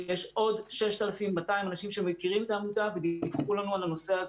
יש עוד 6,200 אנשים שמכירים את העמותה ודיווחו לנו על הנושא.